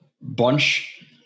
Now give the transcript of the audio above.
Bunch